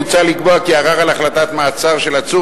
מוצע לקבוע כי ערר על החלטת מעצר של עצור